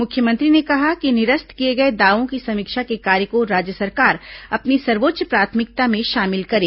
मुख्यमंत्री ने कहा कि निरस्त किए गए दावों की समीक्षा के कार्य को राज्य सरकार अपनी सर्वोच्च प्राथमिकता में शामिल करे